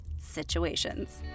situations